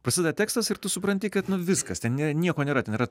prasideda tekstas ir tu supranti kad viskas ten ne nieko nėra ten yra